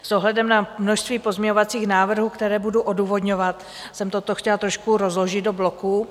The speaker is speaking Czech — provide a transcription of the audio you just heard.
S ohledem na množství pozměňovacích návrhů, které budu odůvodňovat, jsem toto chtěla trošku rozložit do bloků.